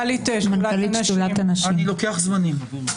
אקח זמנים.